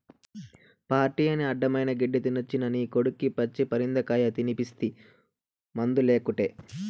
party అని అడ్డమైన గెడ్డీ తినేసొచ్చిన నీ కొడుక్కి పచ్చి పరిందకాయ తినిపిస్తీ మందులేకుటే